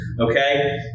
okay